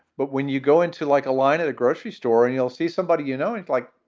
but when you go into, like a line at a grocery store, and you'll see somebody, you know, and like,